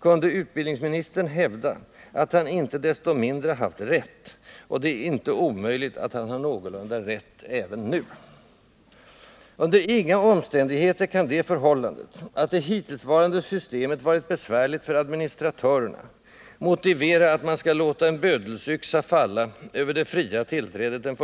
kunde utbildningsministern hävda att han icke desto mindre haft rätt, och det är inte omöjligt att han visar sig få rätt även nu. Under inga omständigheter kan det förhållandet att det hittillsvarande systemet varit besvärligt för administratörerna motivera att man den 1 juli 1979 skall låta en bödelsyxa falla över det fria tillträdet.